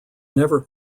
never